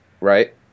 Right